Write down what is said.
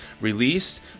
released